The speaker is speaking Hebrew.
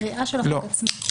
הקריאה של החוק עצמה.